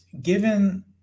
given